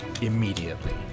immediately